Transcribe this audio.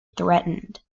threatened